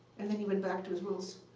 and then he went back to his rules.